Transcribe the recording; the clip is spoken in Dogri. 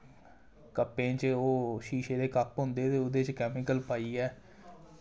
कप्पें च ओह् शीशें दे कप होंदे ते ओह्दे च केमिकल पाइयै